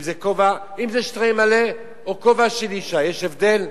אם זה שטריימל או כובע של אשה, יש הבדל?